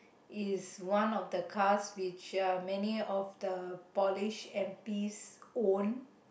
is one of the cars which are many of the polished and piece own